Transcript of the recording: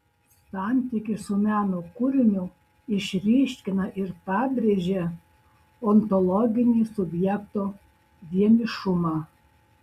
santykis su meno kūriniu išryškina ir pabrėžia ontologinį subjekto vienišumą